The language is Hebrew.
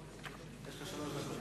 יש לך שלוש דקות.